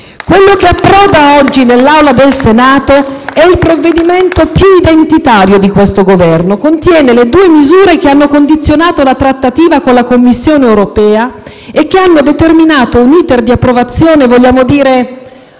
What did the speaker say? Quello che approda oggi nell'Assemblea del Senato è il provvedimento più identitario di questo Governo: contiene le due misure che hanno condizionato la trattativa con la Commissione europea e che hanno determinato un *iter* di approvazione, vogliamo dire,